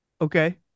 okay